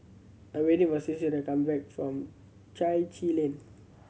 I waiting for Stacy to come back from Chai Chee Lane